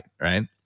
right